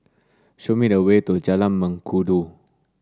show me the way to Jalan Mengkudu